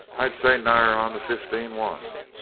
i'd say nigher onto fifteen one.